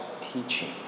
teaching